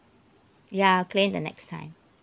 ya I'll claim the next time